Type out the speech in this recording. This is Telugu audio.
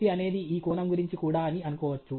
D అనేది ఈ కోణం గురించి కూడా అని అనుకోవచ్చు